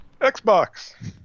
Xbox